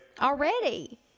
Already